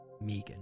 Megan